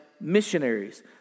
missionaries